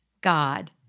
God